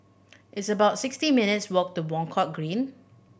it's about sixty minutes' walk to Buangkok Green